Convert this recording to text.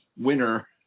winner